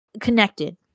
connected